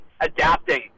adapting